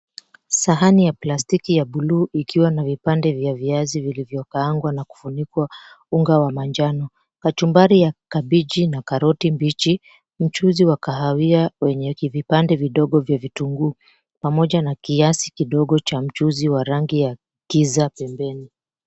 Sahani ya plastiki ya buluu ikiwa na vipande vya viazi vilivyokaangwa na kufunikwa unga wa manjano, kachumbari ya kabichi na karoti mbichi, mchuzi wa kahawia wenye vipande vidogo vya vitunguu pamoja na kiasi kidogo cha mchuzi wa rangi ya kiza pembeni.